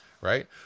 right